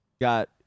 got